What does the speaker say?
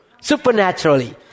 supernaturally